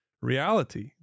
reality